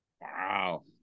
Wow